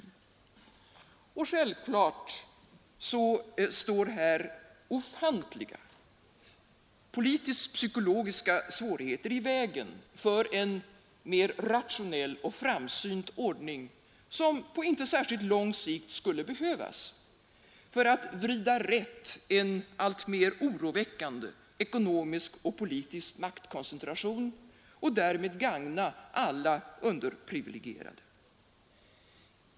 Och självfallet står här ofantliga politisktpsykologiska svårigheter i vägen för en mer rationell och framsynt ordning, som på inte särskilt lång sikt skulle behövas för att vrida rätt en alltmer oroväckande ekonomisk och politisk maktkoncentration och därmed gagna alla underprivilegierade.